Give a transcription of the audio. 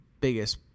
biggest